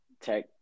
Tech